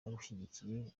bagushyigikiye